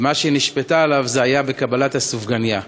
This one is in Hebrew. ומה שהיא נשפטה עליו זה היה בקבלת הסופגנייה.